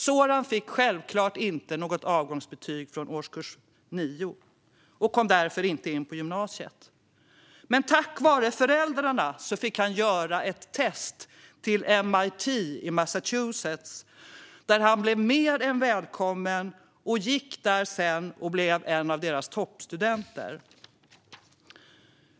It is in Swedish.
Soran fick självklart inte något avgångsbetyg från årskurs 9 och kom därför inte in på gymnasiet. Men tack vare föräldrarna fick han göra ett test till MIT i Massachusetts, där han blev mer än välkommen. Sedan gick han där och blev en av deras toppstudenter.